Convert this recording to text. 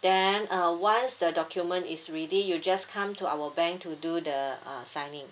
then uh once the document is ready you just come to our bank to do the uh signing